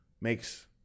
makes